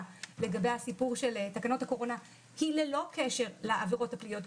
לגבי הסיפור של תקנות הקורונה היא ללא קשר לעבירות הפליליות.